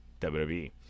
WWE